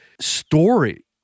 story